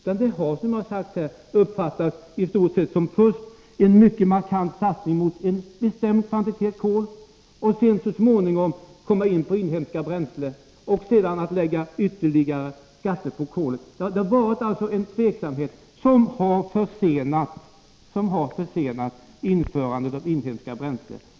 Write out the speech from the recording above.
Marknaden har i stället uppfattat en energi markant satsning mot en bestämd kvantitet kol och sedan, så småningom, på inhemska bränslen och därefter ökade skattepålagor på kolet. Vi har också kunnat konstatera en tveksamhet som på ett mycket beklagligt sätt har försenat införandet av inhemska bränslen.